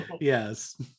yes